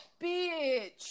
bitch